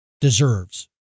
deserves